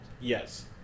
Yes